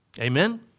Amen